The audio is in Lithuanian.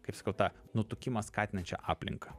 kaip sakau tą nutukimą skatinančią aplinką